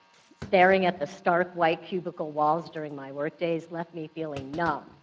staring at the stark white cubicle walls during my work days left me feeling numb,